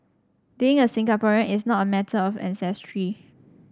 being a Singaporean is not a matter of ancestry